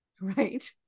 Right